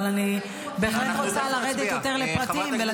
אבל אני בהחלט רוצה לרדת יותר לפרטים.